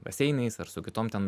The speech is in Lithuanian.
baseinais ar su kitom ten